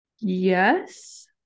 Yes